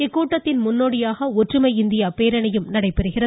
இக்கூட்டத்தின் முன்னோடியாக ஒற்றுமை இந்தியா பேரணியும் நடைபெறுகிறது